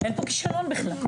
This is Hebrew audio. אין פה כישלון בכלל.